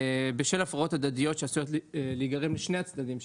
בשל ההפרעות ההדדיות שעשויות להיגרם לשני הצדדים שמשדרים.